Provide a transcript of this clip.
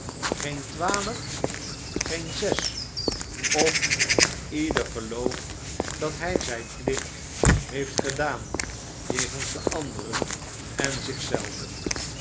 geentwaalf geen zes of ieder gelooft dat hij zijn plicht heeft gedaan jegens de anderen en zich zelven